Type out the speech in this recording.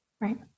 Right